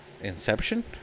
Inception